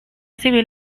civil